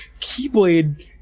keyblade